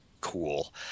cool